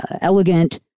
elegant